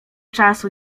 czasu